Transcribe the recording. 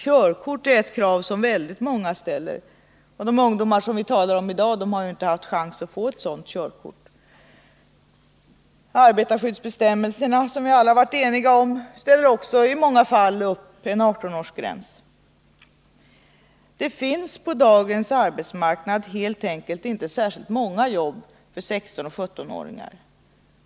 Körkort är ett krav som väldigt många ställer, och de ungdomar som vi talar om i dag har inte haft någon chans att få ett körkort. Arbetarskyddsbestämmelserna, som vi alla har varit eniga om, ställer också i många fall upp en 18-årsgräns. Det finns på dagens arbetsmarknad helt enkelt inte särskilt många jobb för 16 och 17-åringar.